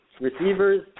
Receivers